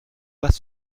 pas